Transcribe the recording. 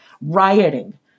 Rioting